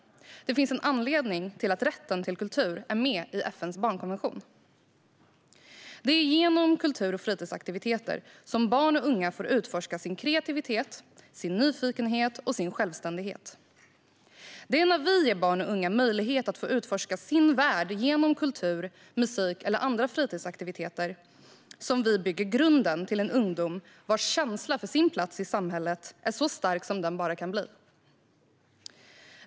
Det finns en anledning till att rätten till kultur är med i FN:s barnkonvention. Det är genom kultur och fritidsaktiviteter som barn och unga får utforska sin kreativitet, sin nyfikenhet och sin självständighet. Det är när vi ger barn och unga möjlighet att få utforska sin värld genom kultur, musik eller andra fritidsaktiviteter som vi bygger grunden till en ungdom vars känsla för sin plats i samhället är så stark som den bara kan bli.